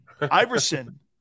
Iverson